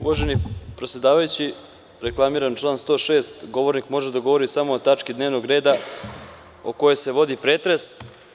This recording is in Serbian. Uvaženi predsedavajući, reklamiram član 106. – govornik može da govori samo o tački dnevnog reda o kojoj se vodi pretres.